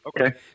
Okay